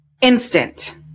Instant